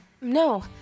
No